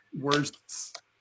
worst